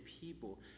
people